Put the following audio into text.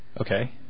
Okay